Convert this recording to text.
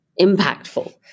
impactful